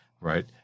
right